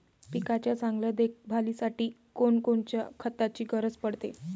पिकाच्या चांगल्या देखभालीसाठी कोनकोनच्या खताची गरज पडते?